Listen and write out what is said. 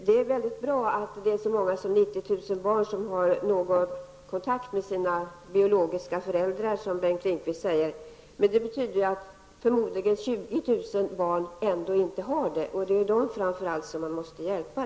Det är bra att det är en så stor andel som 90 % av barnen som har kontakt med sina biologiska föräldrar, som Bengt Lindqvist säger, men det betyder att de övriga barnen inte har sådan kontakt, och det är framför allt dem som man måste hjälpa.